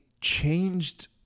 changed